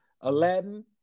Aladdin